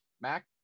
Mac